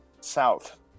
south